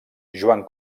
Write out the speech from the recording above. joan